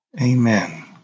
Amen